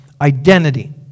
identity